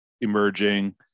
emerging